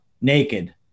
naked